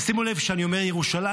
ושימו לב שאני אומר "ירושלים",